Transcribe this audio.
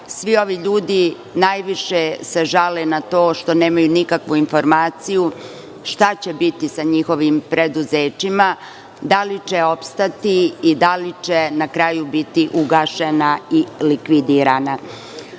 svi ovi ljudi najviše se žale na to što nemaju nikakvu informaciju, šta će biti sa njihovim preduzećima, da li će opstati, i da li će na kraju biti ugašena i likvidirana. Ono